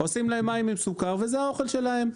עושים להם מים עם סוכר וזה האוכל שלהם.